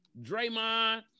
Draymond